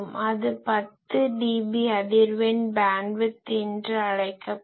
அது 10 dB அதிர்வெண் bandwidth என்று அழைக்கப்படும்